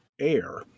air